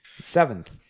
Seventh